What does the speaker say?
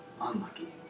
unlucky